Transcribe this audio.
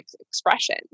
expression